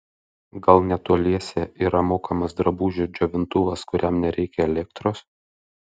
gal netoliese yra mokamas drabužių džiovintuvas kuriam nereikia elektros